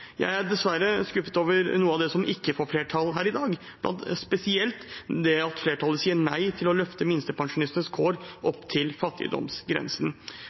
Jeg er dessverre skuffet over noe av det som ikke får flertall i her i dag, spesielt det at flertallet sier nei til å løfte minstepensjonistenes kår opp til fattigdomsgrensen.